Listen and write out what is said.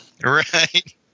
right